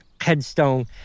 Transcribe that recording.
headstone